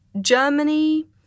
Germany